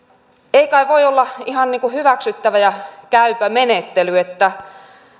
ei kai voi olla ihan hyväksyttävä ja käypä menettely